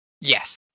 Yes